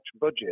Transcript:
budget